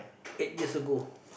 eight years ago